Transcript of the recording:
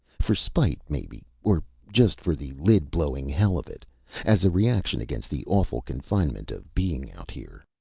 for spite, maybe. or just for the lid-blowing hell of it as a reaction against the awful confinement of being out here.